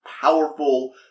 powerful